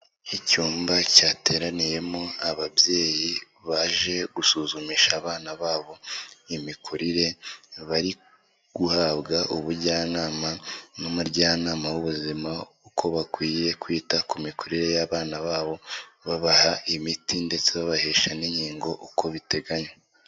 Icyumba cyateraniyemo ababyeyi baje gusuzumisha abana babo imikurire, bari guhabwa ubujyanama n'umuryanama w'ubuzima uko bakwiye kwita ku mikurire y'abana babo, babaha imiti ndetse babahesha n'inkingo uko biteganywa.